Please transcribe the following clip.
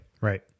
Right